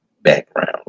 background